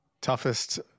toughest